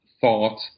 thought